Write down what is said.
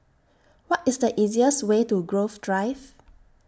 What IS The easiest Way to Grove Drive